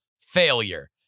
failure